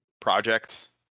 projects